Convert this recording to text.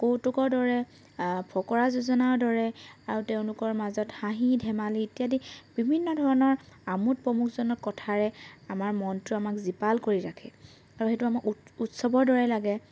কৌতুকৰ দৰে ফকৰা যোজনাৰ দৰে আৰু তেওঁলোকৰ মাজত হাঁহি ধেমালি ইত্যাদি বিভিন্ন ধৰণৰ আমোদ প্ৰমোদজনক কথাৰে আমাৰ মনটো আমাক জীপাল কৰি ৰাখে আৰু সেইটো আমাৰ উৎ উৎসৱৰ দৰে লাগে